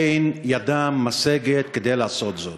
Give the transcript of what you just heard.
אין ידם משגת לעשות זאת.